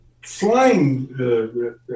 Flying